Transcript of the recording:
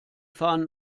fahnen